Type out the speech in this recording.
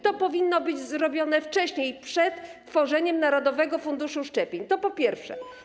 To powinno być zrobione wcześniej, przed tworzeniem narodowego funduszu szczepień, to po pierwsze.